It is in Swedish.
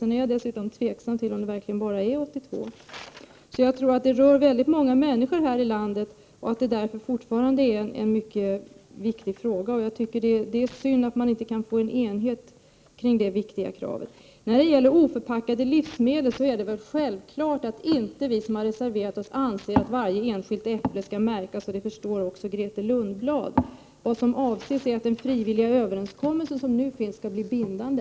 Jag är dessutom tveksam till om det verkligen bara är 82. Jag tror alltså att det berör väldigt många människor här i landet och att det därför fortfarande är en mycket viktig fråga. Det är synd att man inte kan få enighet kring detta viktiga krav. När det gäller oförpackade livsmedel är det självklart att vi som reserverat oss inte anser att varje enskilt äpple skall märkas. Det förstår också Grethe Lundblad. Vad som avses är att den frivilliga överenskommelse som nu finns skall bli bindande.